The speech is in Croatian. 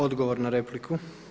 Odgovor na repliku.